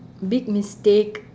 big mistake